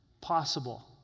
possible